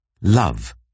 Love